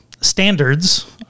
standards